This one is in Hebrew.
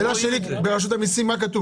ברשות המיסים מה כתוב?